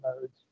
modes